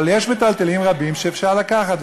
אבל יש מיטלטלין רבים שאפשר לקחת,